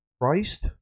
Christ